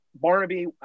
Barnaby